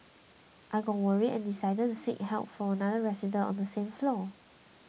I got worried and decided to seek help from another resident on the same floor